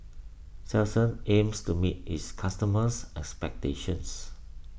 Selsun aims to meet its customers' expectations